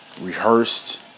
Rehearsed